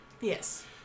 Yes